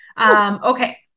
Okay